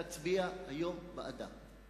תצביע היום בעדה.